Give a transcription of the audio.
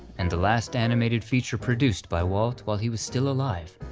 and the last animated feature produced by walt while he was still alive,